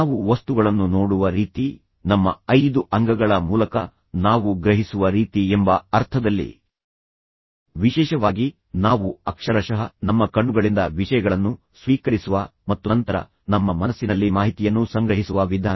ನಾವು ವಸ್ತುಗಳನ್ನು ನೋಡುವ ರೀತಿ ನಮ್ಮ ಐದು ಅಂಗಗಳ ಮೂಲಕ ನಾವು ಗ್ರಹಿಸುವ ರೀತಿ ಎಂಬ ಅರ್ಥದಲ್ಲಿ ವಿಶೇಷವಾಗಿ ನಾವು ಅಕ್ಷರಶಃ ನಮ್ಮ ಕಣ್ಣುಗಳಿಂದ ವಿಷಯಗಳನ್ನು ಸ್ವೀಕರಿಸುವ ಮತ್ತು ನಂತರ ನಮ್ಮ ಮನಸ್ಸಿನಲ್ಲಿ ಮಾಹಿತಿಯನ್ನು ಸಂಗ್ರಹಿಸುವ ವಿಧಾನ